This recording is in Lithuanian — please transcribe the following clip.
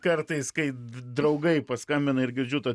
kartais kai draugai paskambina ir girdžiu tą